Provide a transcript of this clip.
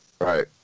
Right